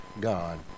God